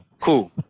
Cool